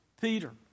Peter